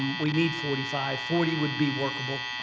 we need forty five. forty would be workable.